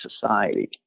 society